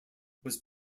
was